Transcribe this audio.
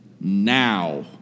now